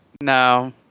No